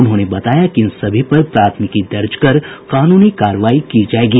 उन्होंने बताया कि इन सभी पर प्राथमिकी दर्ज कर कानूनी कार्रवाई की जायेगी